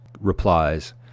replies